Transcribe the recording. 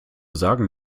sagen